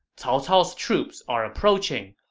cao cao's troops are approaching.